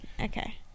Okay